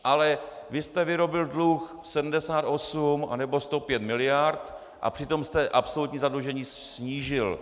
Ale vy jste vyrobil dluh 78 nebo 105 miliard a přitom jste absolutní zadlužení snížil.